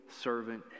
servant